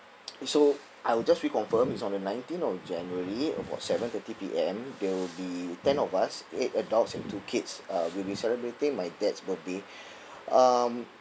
so I will just reconfirm it's on the nineteenth of january about seven thirty P_M there will be ten of us eight adults and two kids uh we'll be celebrating my dad's birthday um